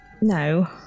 No